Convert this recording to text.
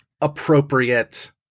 appropriate